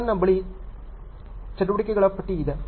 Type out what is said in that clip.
ನನ್ನ ಬಳಿ ಚಟುವಟಿಕೆಗಳ ಪಟ್ಟಿ ಇದೆ